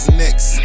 next